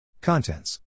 Contents